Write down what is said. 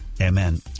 Amen